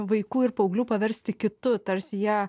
vaikų ir paauglių paversti kitu tarsi jie